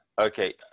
okay